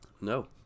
No